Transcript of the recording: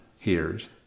hears